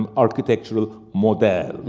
um architectural model.